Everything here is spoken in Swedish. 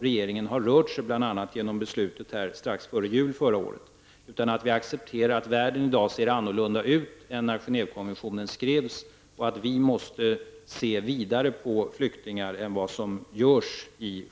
regeringen har rört sig bl.a. genom beslutet strax före jul förra året -- utan att vi accepterar att världen i dag ser annorlunda ut än när Genèvekonventionen skrevs och att vi måste se vidare på flyktingar än vad som görs i